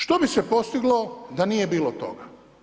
Što bi se postiglo da nije bilo toga?